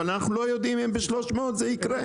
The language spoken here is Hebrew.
אבל אנחנו לא יודעים אם ב-300 זה יקרה.